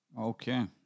Okay